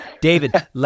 David